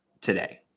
today